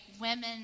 Women